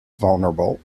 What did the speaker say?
vulnerable